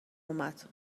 اومد